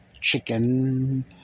chicken